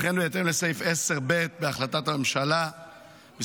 לכן, ובהתאם לסעיף 10(ב) בהחלטת הממשלה מס'